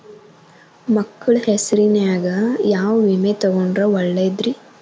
ಮಕ್ಕಳ ಹೆಸರಿನ್ಯಾಗ ಯಾವ ವಿಮೆ ತೊಗೊಂಡ್ರ ಒಳ್ಳೆದ್ರಿ?